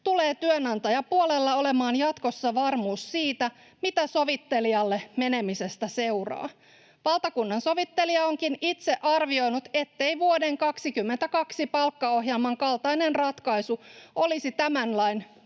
tulee työnantajapuolella olemaan jatkossa varmuus siitä, mitä sovittelijalle menemisestä seuraa. Valtakunnansovittelija onkin itse arvioinut, ettei vuoden 22 palkkaohjelman kaltainen ratkaisu olisi tämän lain